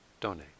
donate